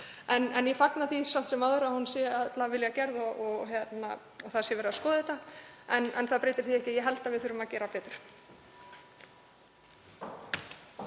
En ég fagna því samt sem áður að hún sé öll af vilja gerð og að verið sé að skoða þetta. Það breytir því ekki að ég held að við þurfum að gera betur.